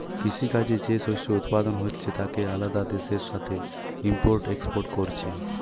কৃষি কাজে যে শস্য উৎপাদন হচ্ছে তাকে আলাদা দেশের সাথে ইম্পোর্ট এক্সপোর্ট কোরছে